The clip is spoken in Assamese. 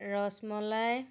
ৰসমলাই